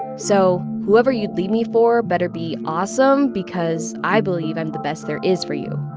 so whoever you'd leave me for better be awesome because i believe i'm the best there is for you.